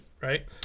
right